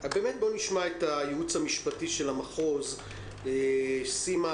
בואו נשמע את הייעוץ המשפטי של המחוז, סימה